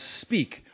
speak